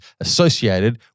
associated